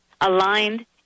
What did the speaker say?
aligned